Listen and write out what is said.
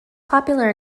popular